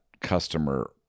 customer